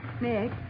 Nick